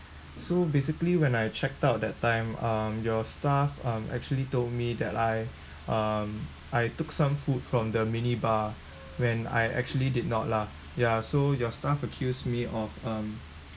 so basically when I checked out that time um your staff um actually told me that I um I took some food from the minibar when I actually did not lah ya so your staff accused me of um